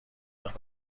وقت